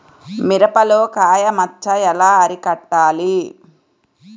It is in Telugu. మిరపలో కాయ మచ్చ ఎలా అరికట్టాలి?